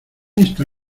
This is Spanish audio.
está